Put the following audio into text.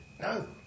No